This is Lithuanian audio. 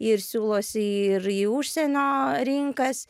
ir siūlosi ir į užsienio rinkas